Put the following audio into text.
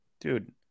Dude